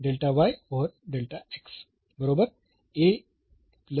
तर हे असे असेल बरोबर